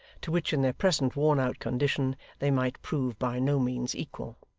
to which in their present worn-out condition they might prove by no means equal.